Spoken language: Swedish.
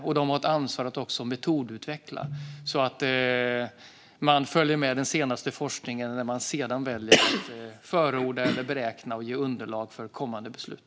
Man har också ett ansvar att metodutveckla så att man följer den senaste forskningen när man sedan väljer att förorda eller beräkna och ge underlag för kommande beslut.